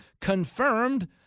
confirmed